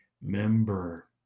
member